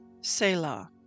Selah